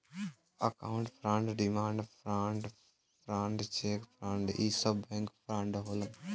account fraud demand draft fraud cheque fraud इ सब bank fraud होलन